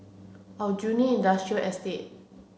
Aljunied Industrial Estate